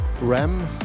Ram